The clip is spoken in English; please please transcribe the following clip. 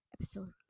episode